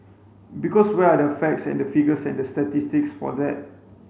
because where are the facts and the figures and the statistics for that